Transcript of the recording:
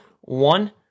one